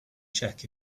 check